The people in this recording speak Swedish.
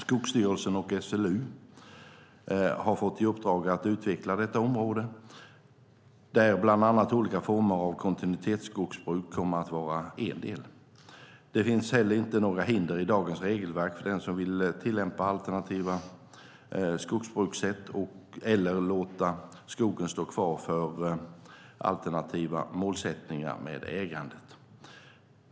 Skogsstyrelsen och SLU har fått i uppdrag att utveckla detta område, där bland annat olika former av kontinuitetsskogsbruk kommer att vara en del. Det finns heller inte några hinder i dagens regelverk för den som vill tillämpa alternativa skogsbrukssätt eller låta skogen stå kvar för alternativa målsättningar med ägandet.